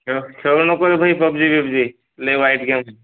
खेळ खेळू नको भाई पबजी बिबजी लय वाईट गेम